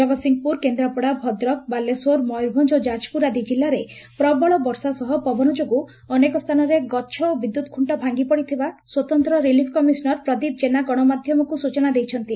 ଜଗତ୍ସିଂହପୁର କେନ୍ଦାପଡ଼ା ଭଦ୍ରକ ବାଲେଶ୍ୱର ମୟରଭଞ୍ ଓ ଯାଜପୁର ଆଦି ଜିଲ୍ଲାରେ ପ୍ରବଳ ବର୍ଷା ସହ ପବନ ଯୋଗୁଁ ଅନେକ ସ୍ସାନରେ ଗଛ ଓ ବିଦ୍ୟୁତ୍ ଖୁକ୍କ ଭାଙ୍ଗି ପଡ଼ିଥିବା ସ୍ୱତନ୍ତ ରିଲିଫ୍ କମିଶନର୍ ପ୍ରଦୀପ୍ ଜେନା ଗଣମାଧ୍ଘମକୁ ସୂଚନା ଦେଇଛନ୍ତି